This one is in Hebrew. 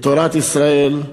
בתורת ישראל,